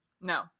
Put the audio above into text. No